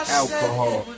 alcohol